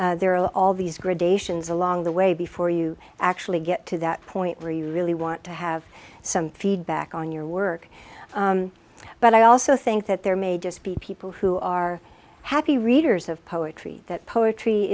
there are all these gradations along the way before you actually get to that point where you really want to have some feedback on your work but i also think that there may just be people who are happy readers of poetry that poetry